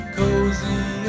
cozy